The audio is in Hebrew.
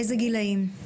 איזה גילאים?